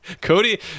Cody